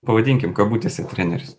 pavadinkim kabutėse treneris